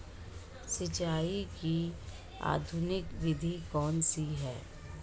सिंचाई की आधुनिक विधि कौनसी हैं?